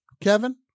Kevin